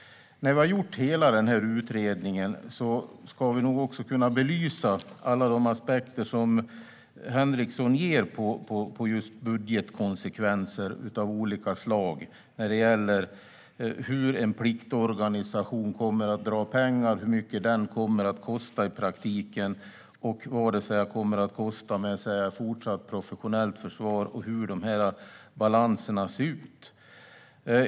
När vi har gjort hela den här utredningen ska vi nog också kunna belysa alla de aspekter som Henriksson ger på just budgetkonsekvenser av olika slag när det gäller hur en pliktorganisation kommer att dra pengar, hur mycket den kommer att kosta i praktiken, vad det kommer att kosta med ett fortsatt professionellt försvar och hur den balansen ser ut.